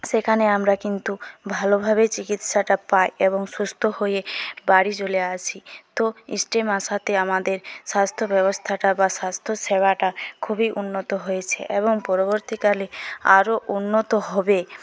সেখানে আমরা কিন্তু ভালোভাবে চিকিৎসাটা পাই এবং সুস্থ হয়ে বাড়ি চলে আসি তো স্টেম আসাতে আমাদের স্বাস্থ্যব্যবস্থাটা বা স্বাস্থ্যসেবাটা খুবই উন্নত হয়েছে এবং পরবর্তীকালে আরও উন্নত হবে